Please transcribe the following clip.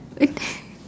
it's